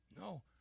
No